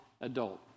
adult